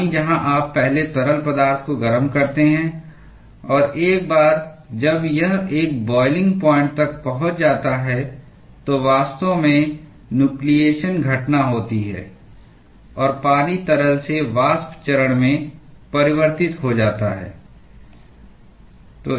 पानी जहां आप पहले तरल पदार्थ को गर्म करते हैं और एक बार जब यह एक बॉइलिंग पॉइन्ट तक पहुंच जाता है तो वास्तव में न्यूक्लिएशन घटना होती है और पानी तरल से वाष्प चरण में परिवर्तित हो जाता है